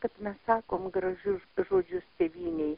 kad mes sakom gražius žodžius tėvynei